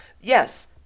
Yes